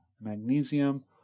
magnesium